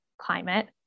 climate